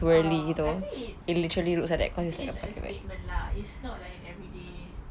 oh I think it's it's a statement lah it's not an everyday